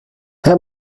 herr